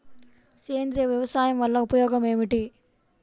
సేంద్రీయ వ్యవసాయం వల్ల ఉపయోగం ఏమిటి?